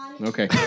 Okay